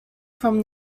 from